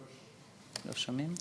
ברשות יושבת-ראש, לא שומעים.